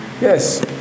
Yes